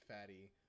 fatty